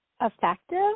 effective